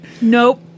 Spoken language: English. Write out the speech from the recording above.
nope